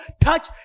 touch